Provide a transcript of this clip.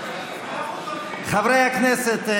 חברי הכנסת,